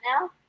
now